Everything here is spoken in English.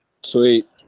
Sweet